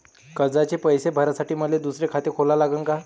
कर्जाचे पैसे भरासाठी मले दुसरे खाते खोला लागन का?